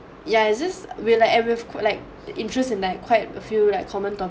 ya it's just we like every like interests in that quite a few like common topic